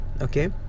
okay